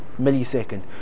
millisecond